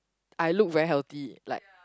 I look very healthy like